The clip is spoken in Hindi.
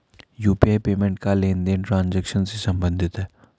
यू.पी.आई पेमेंट का लेनदेन ट्रांजेक्शन से सम्बंधित है